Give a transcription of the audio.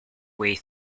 way